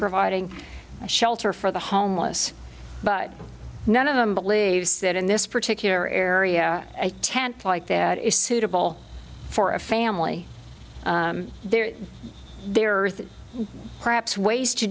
providing shelter for the homeless but none of them believes that in this particular area a tent like that is suitable for a family there there are perhaps ways to